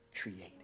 Created